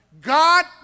God